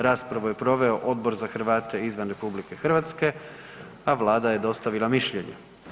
Raspravu je proveo Odbor za Hrvate izvan RH, a Vlada je dostavila mišljenje.